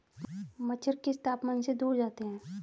मच्छर किस तापमान से दूर जाते हैं?